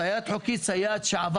צייד חוקי, צייד שעבר